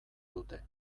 dute